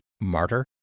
martyr